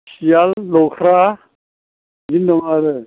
सियाल लख्रा बिदिनो दं आरो